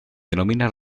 denomina